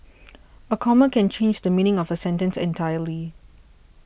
a comma can change the meaning of a sentence entirely